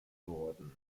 worden